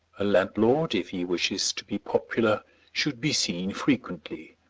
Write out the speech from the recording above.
a landlord if he wishes to be popular should be seen frequently.